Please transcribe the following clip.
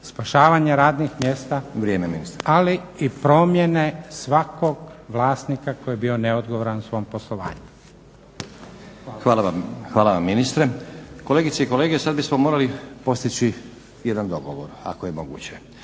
spašavanje radnih mjesta, ali i promjene svakog vlasnika koji je bio neodgovoran u svom poslovanju. **Stazić, Nenad (SDP)** Hvala vam ministre. Kolegice i kolege sad bismo morali postići jedan dogovor, ako je moguće.